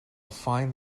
find